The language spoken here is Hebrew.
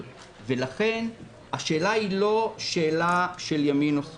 לכן השאלה היא לא של ימין או שמאל,